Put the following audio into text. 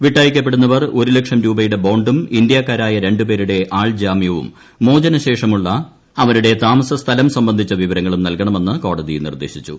വിട്ടയക്കപ്പെടുന്നവർ ഒരു ലക്ഷം രൂപയുടെ ബോണ്ടും ഇന്ത്യക്കാരായ രണ്ടുപേരുടെ ആൾ ജാമ്യവും മോചനശേഷമുള്ള അവരുടെ താമസസ്ഥലം സംബ ന്ധിച്ച വിവരങ്ങളും നൽകണമെന്ന് കോടതി ക്ല നിർദ്ദേശിച്ചു